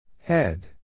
Head